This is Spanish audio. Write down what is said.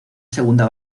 segunda